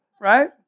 Right